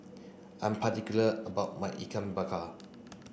I am particular about my Ikan Bakar